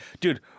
Dude